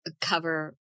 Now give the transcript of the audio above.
cover